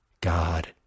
God